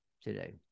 today